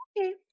Okay